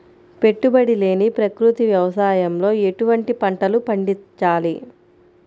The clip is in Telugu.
పెట్టుబడి లేని ప్రకృతి వ్యవసాయంలో ఎటువంటి పంటలు పండించాలి?